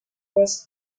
rest